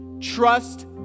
Trust